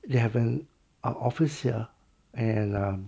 they have an uh office here and um